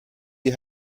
die